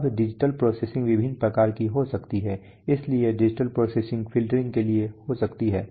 अब digital processing विभिन्न प्रकार की हो सकती है इसलिए डिजिटल प्रोसेसिंग फ़िल्टरिंग के लिए हो सकती है